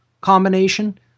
combination